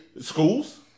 schools